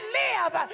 live